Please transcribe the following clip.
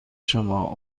شما